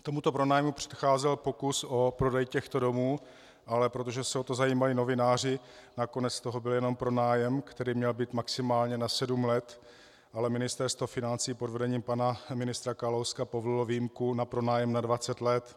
Tomuto pronájmu předcházel pokus o prodej těchto domů, ale protože se o to zajímali novináři, nakonec z toho byl jenom pronájem, který měl být maximálně na sedm let, ale Ministerstvo financí pod vedením pana ministra Kalouska povolilo výjimku na pronájem na 20 let.